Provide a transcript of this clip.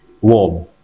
warm